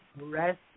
rest